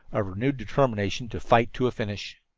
of renewed determination to fight to a finish.